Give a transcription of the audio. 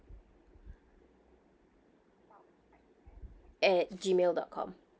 at gmail dot com